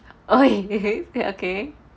oh okay